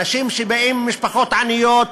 אנשים שבאים ממשפחות עניות,